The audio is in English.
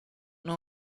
know